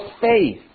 faith